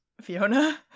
fiona